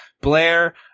Blair